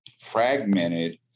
fragmented